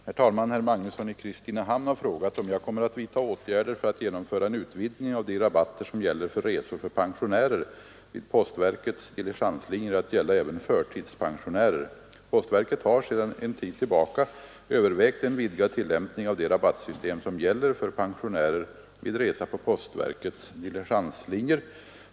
Herr talman! Herr Magnusson i Kristinehamn har frågat om jag kommer att vidta åtgärder för att genomföra en utvidgning av de rabatter som gäller för resor för pensionärer vid postverkets diligenslinjer att gälla Postverket har sedan en tid tillbaka övervägt en vidgad tillämpning av det rabattsystem som gäller för pensionärer vid resa på postverkets diligenslinjer.